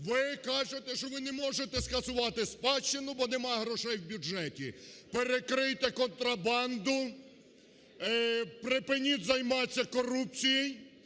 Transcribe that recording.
Ви кажете, що ви не можете скасувати спадщину, бо немає грошей в бюджеті. Перекрийте контрабанду, припиніть займатися корупцією,